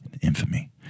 infamy